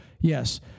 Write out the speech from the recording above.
yes